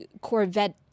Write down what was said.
Corvette